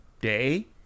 day